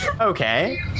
Okay